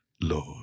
Lord